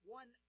one